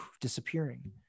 disappearing